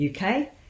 UK